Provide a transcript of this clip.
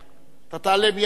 אתה תעלה מייד אחריו.